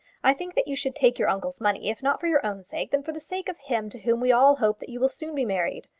i think that you should take your uncle's money, if not for your own sake, then for the sake of him to whom we all hope that you will soon be married.